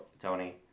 Tony